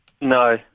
No